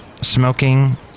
smoking